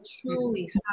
truly